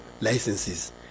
licenses